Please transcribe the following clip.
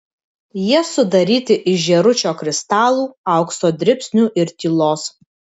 jie sudaryti iš žėručio kristalų aukso dribsnių ir tylos